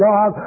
God